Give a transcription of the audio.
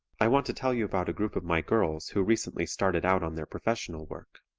i want to tell you about a group of my girls who recently started out on their professional work.